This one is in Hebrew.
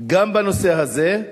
גם בנושא הזה.